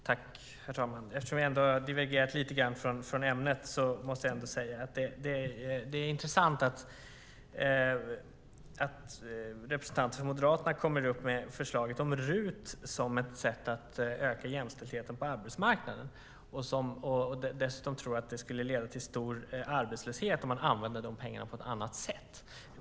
Herr talman! Eftersom vår debatt och ämnet i interpellationen divergerar lite grann måste jag säga att det är intressant att Moderaterna kommer upp med förslaget om RUT som ett sätt att öka jämställdheten på arbetsmarknaden och dessutom tror att det skulle leda till stor arbetslöshet om man använde de pengarna på ett annat sätt.